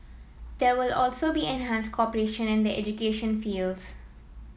there will also be enhanced cooperation in the education fields